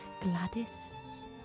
Gladys